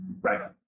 Right